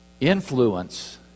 Influence